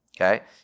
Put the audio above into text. okay